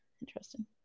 interesting